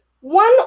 one